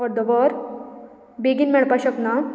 अर्द वर बेगीन मेळपाक शकना